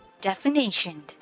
Definition